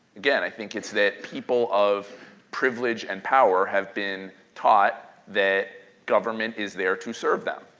again i think it's that people of privilege and power have been taught that government is there to serve them.